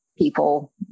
people